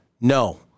No